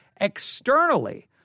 externally